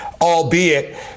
albeit